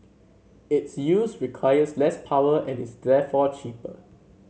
its use requires less power and is therefore cheaper